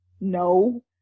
no